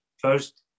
first